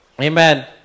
Amen